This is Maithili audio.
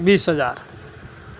बीस हजार